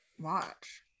watch